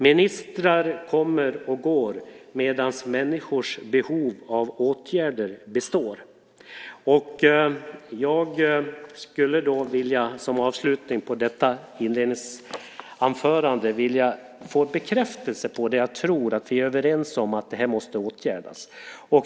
Ministrar kommer och går medan människors behov av åtgärder består. Jag skulle som avslutning på detta inledningsanförande vilja få bekräftelse på det jag tror att vi är överens om, att det här måste åtgärdas.